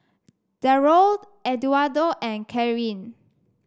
Darold Eduardo and Karyn